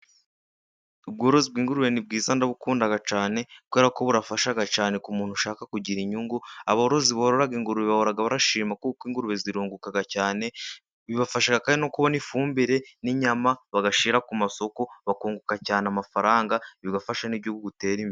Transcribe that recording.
Ubwororozi bw' ingurube ni bwiza ndabukunda cyane kuberako burafasha cyane ku muntu ushaka kugira inyungu. Aborozi borora ingurube bahora barashima kuko ingurube zirunguka cyane, bibafasha kandi no kubona ifumbire, n'inyama bagashyira ku masoko bakunguka cyane amafaranga, bigafasha n'igihugu gutera imbere.